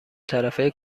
طرفه